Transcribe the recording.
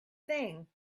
thing